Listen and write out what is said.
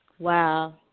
Wow